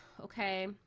Okay